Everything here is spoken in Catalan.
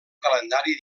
calendari